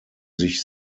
sich